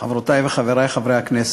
אין נמנעים.